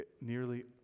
nearly